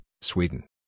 Sweden